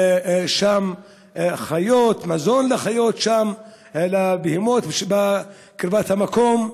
חיות, מזון לחיות, לבהמות שבקרבת מקום,